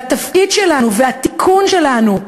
והתפקיד שלנו, והתיקון שלנו,